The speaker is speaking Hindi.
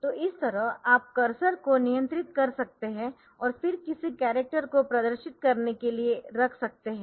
तो इस तरह आप कर्सर को नियंत्रित कर सकते है और फिर किसी कॅरक्टर को प्रदर्शित करने के लिए रख सकते है